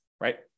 right